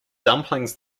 dumplings